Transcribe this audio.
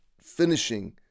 finishing